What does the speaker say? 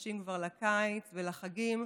נופשים כבר לקיץ ולחגים.